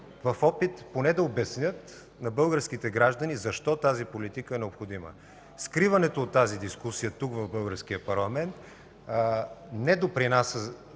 в опит поне да обяснят на българските граждани защо тази политика е необходима. Скриването от тази дискусия тук, в Българския парламент, не допринася,